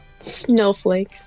Snowflake